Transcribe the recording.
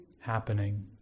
happening